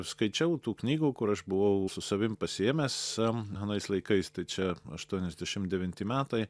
skaičiau tų knygų kur aš buvau su savim pasiėmęs anais laikais tai čia aštuoniasdešim devinti metai